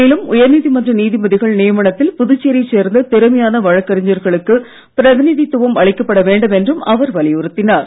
மேலும் உயர்நீதிமன்ற நீதிபதிகள் நியமனத்தில் புதுச்சேரியை சேர்ந்த திறமையான வழக்கறிஞர்களுக்கு பிரதிநிதித்துவம் அளிக்கப்பட வேண்டும் என்றும் அவர் வலியுறுத்தினார்